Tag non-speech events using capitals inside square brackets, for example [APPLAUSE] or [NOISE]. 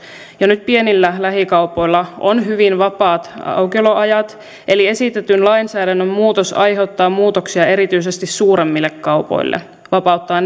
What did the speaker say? jo nyt pienillä lähikaupoilla on hyvin vapaat aukioloajat eli esitetyn lainsäädännön muutos aiheuttaa muutoksia erityisesti suuremmille kaupoille vapauttaa [UNINTELLIGIBLE]